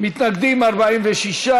המחנה הציוני,